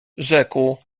rzekł